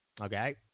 okay